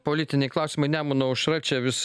politiniai klausimai nemuno aušra čia vis